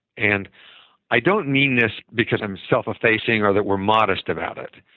and i don't mean this because i'm self effacing or that we're modest about it.